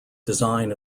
design